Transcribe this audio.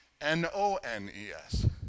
N-O-N-E-S